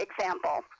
example